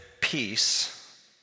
peace